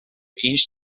each